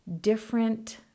Different